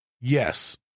yes